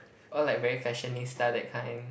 all like very fashionista that kind